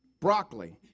broccoli